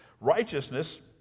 righteousness